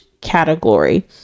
category